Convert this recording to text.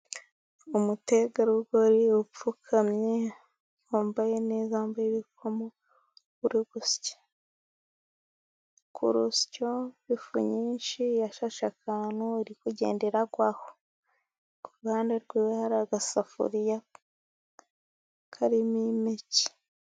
Umutegarugori upfukamye wambaye neza, yambaye ibikomo uri gusya ku rusyo ifu nyinshi, yashashe akantu iri kugendera igwaho. Kuruhande hari agasafuriya karimo imineke.